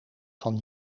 van